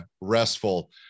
restful